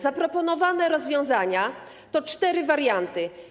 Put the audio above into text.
Zaproponowane rozwiązania to cztery warianty.